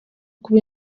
kuba